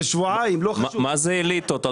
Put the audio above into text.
מה זה אליטות?